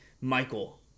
Michael